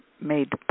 made